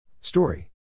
Story